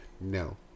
No